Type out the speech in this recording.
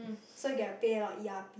so you get to pay a lot of E_R